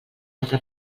altra